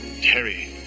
Terry